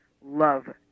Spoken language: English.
love